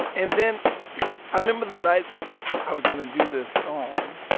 and then i remember the night i was going to do this song.